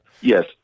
Yes